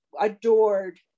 adored